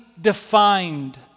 defined